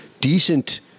decent